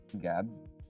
Gab